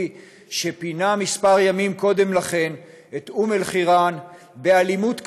שפינה כמה ימים קודם לכן את אום-אלחיראן באלימות קשה,